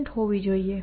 આનો અર્થ શું છે